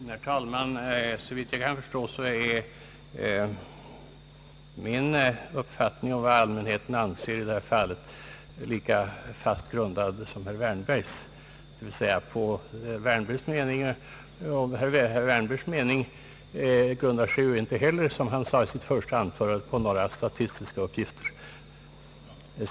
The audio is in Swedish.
Herr talman! Såvitt jag kan förstå är min uppfattning om vad allmänheten anser i detta fall lika fast grundad som herr Wärnbergs. Herr Wärnbergs mening grundar sig inte heller, som han sade i sitt första anförande, på några statistiska uppgifter.